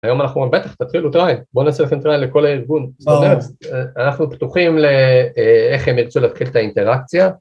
‫היום אנחנו... בטח, תתחילו, ‫בואו נעשה לכם טראיין לכל הארגון. ‫אנחנו פתוחים לאיך הם ירצו ‫להתחיל את האינטראקציה.